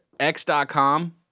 X.com